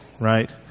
right